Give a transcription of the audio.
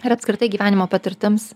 ar apskritai gyvenimo patirtims